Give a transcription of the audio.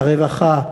הרווחה,